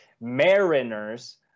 Mariners